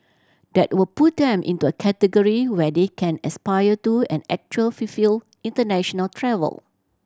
that will put them into a category where they can aspire to and actually fulfil international travel